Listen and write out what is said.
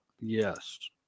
Yes